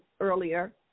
earlier